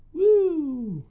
woo,